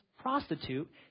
prostitute